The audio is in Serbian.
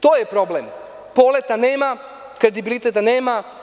To je problem - poleta nema, kredibiliteta nema.